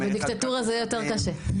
אבל דיקטטורה זה יהיה יותר קשה,